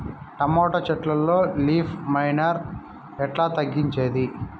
Tomato చెట్లల్లో leaf miner ఎట్లా తగ్గించేది?